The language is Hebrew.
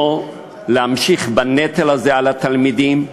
לא להמשיך בנטל הזה על התלמידים,